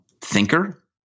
thinker